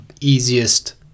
easiest